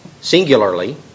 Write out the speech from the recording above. singularly